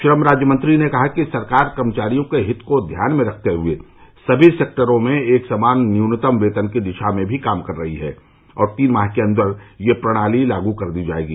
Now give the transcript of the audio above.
श्रम राज्य मंत्री ने कहा कि सरकार कर्मचारियों के हित को ध्यान में रखते हुए समी सेक्टरों में एक समान न्युनतम वेतन की दिशा में भी काम कर रही है और तीन माह के अंदर यह प्रणाली लागू कर दी जायेगी